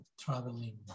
Traveling